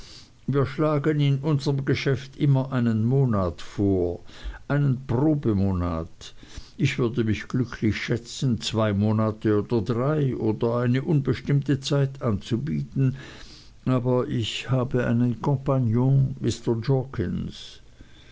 wir schlagen in unserm geschäft immer einen monat vor einen probemonat ich würde mich glücklich schätzen zwei monate oder drei oder eine unbestimmte zeit anzubieten aber ich habe einen kompagnon mr